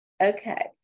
Okay